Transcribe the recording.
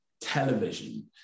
television